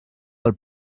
del